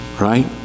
Right